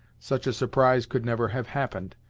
such a surprise could never have happened,